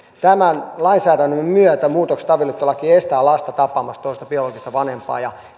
tämän lainsäädännön myötä muutokset avioliittolakiin estävät lasta tapaamasta toista biologista vanhempaansa ja